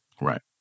Right